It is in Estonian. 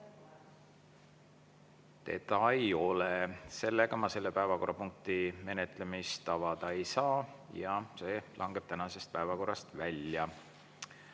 teda ei ole, nii et selle päevakorrapunkti menetlemist ma avada ei saa ja see langeb tänasest päevakorrast välja.